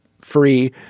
free